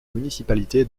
municipalité